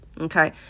Okay